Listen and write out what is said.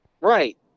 Right